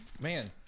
Man